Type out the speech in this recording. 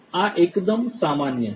આ એકદમ સામાન્ય છે